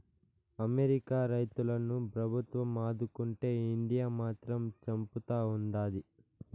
America రైతులను ప్రభుత్వం ఆదుకుంటే ఇండియా మాత్రం చంపుతా ఉండాది